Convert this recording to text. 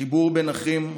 חיבור בין אחים,